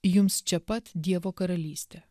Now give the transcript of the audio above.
jums čia pat dievo karalystė